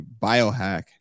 biohack